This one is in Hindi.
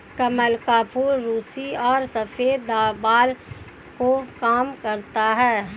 कमल का फूल रुसी और सफ़ेद बाल को कम करता है